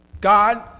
God